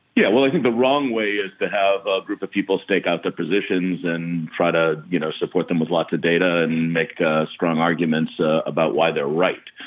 yeah, well, i think the wrong way is to have a group of people stake out their positions and try to, you know, support them with lots of data and make ah strong arguments ah about why they're right.